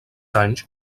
anys